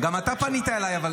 אבל גם אתה פנית אליי.